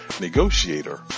negotiator